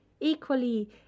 Equally